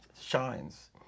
shines